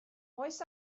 oes